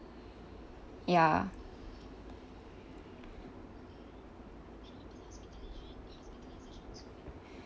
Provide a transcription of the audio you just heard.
ya